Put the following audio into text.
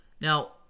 Now